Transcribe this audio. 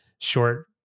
short